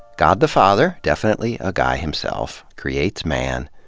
god the father, definitely a guy himself, creates man.